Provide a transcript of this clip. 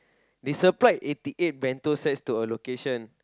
they supplied eighty eight bento sets to a location